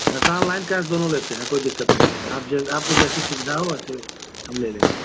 पैसा online cash दोनों लेते हैं कोई दिक़्क़त नहीं है आप जो आपको जैसी सुविधा हो वैसे हम ले लेंगे